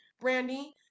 Brandy